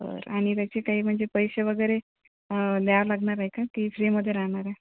बरं आणि त्याचे काही म्हणजे पैसे वगैरे द्यावे लागणार आहे का की फ्रीमध्ये राहणार आहे